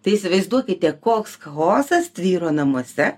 tai įsivaizduokite koks chaosas tvyro namuose